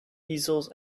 easels